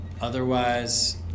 otherwise